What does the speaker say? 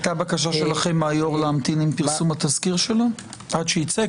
הייתה בקשה שלכם מהיושב-ראש להמתין עם פרסום התזכיר שלו עד שייצא?